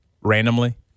randomly